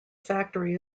factory